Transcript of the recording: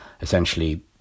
essentially